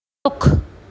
ਰੁੱਖ